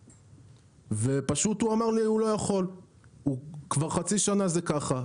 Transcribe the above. והוא אמר לי פשוט שהוא לא יכול וכבר חצי שנה זה ככה.